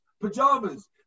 pajamas